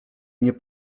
nie